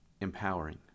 Empowering